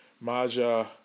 Maja